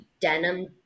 denim